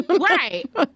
right